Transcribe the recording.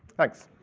thanks.